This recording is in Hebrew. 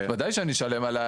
וודאי שאני אשלם.